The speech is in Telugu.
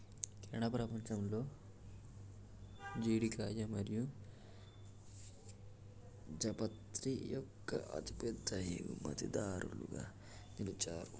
కెనడా పపంచంలో జీడికాయ మరియు జాపత్రి యొక్క అతిపెద్ద ఎగుమతిదారులుగా నిలిచారు